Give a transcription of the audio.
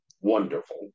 wonderful